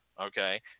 Okay